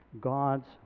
God's